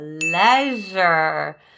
pleasure